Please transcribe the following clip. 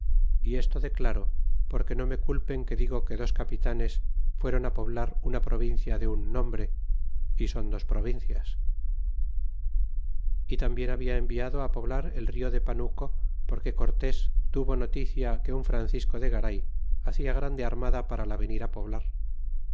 y esto declaro porque no me culpen que digo que dos capitanes fueron á poblar una provincia de un nombre y soll dos provincias y tambien habia enviado á poblar el rio de panuco porque cortés tuvo noticia que un francisco de garay hacia grande armada para la venir á poblar